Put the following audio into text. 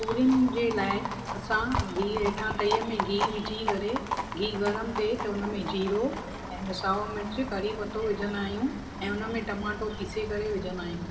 तूरीनि जे लाइ असां गिहु हेठां तई में गिहु विझी करे गिहु गरम थिए त हुन में जीरो ऐं साओ मिर्च करी पतो विझंदा आहियूं ऐं हुन में टमाटो पीसे करे विझंदा आहियूं